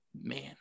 man